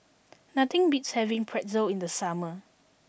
nothing beats having Pretzel in the summer